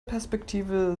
perspektive